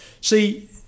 see